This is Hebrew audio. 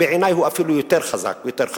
והוא אפילו יותר חזק ויותר חשוב,